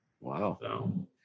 Wow